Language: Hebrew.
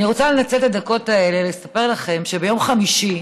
אני רוצה לנצל את הדקות האלה כדי לספר לכם שביום חמישי